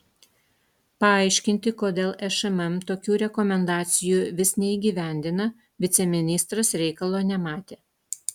paaiškinti kodėl šmm tokių rekomendacijų vis neįgyvendina viceministras reikalo nematė